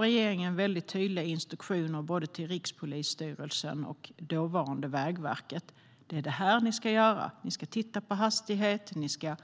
Regeringen gav väldigt tydliga instruktioner till både Rikspolisstyrelsen och dåvarande Vägverket: Det är detta ni ska göra. Ni ska titta på hastighet, och ni ska